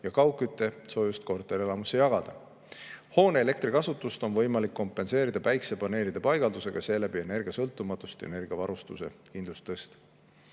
ja kaugküttesoojust korterelamusse jagada. Hoone elektrikasutust on võimalik kompenseerida päikesepaneelide paigaldusega, mille kaudu energiasõltumatust ja energiavarustuse kindlust tõsta.